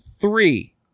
three